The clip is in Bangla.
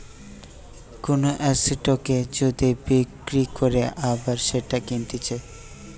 কোন এসেটকে যদি বিক্রি করে আবার সেটা কিনতেছে